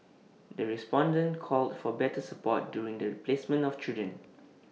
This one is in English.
the respondents called for better support during the placement of children